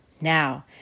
Now